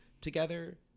together